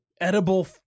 edible